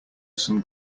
some